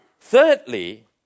Thirdly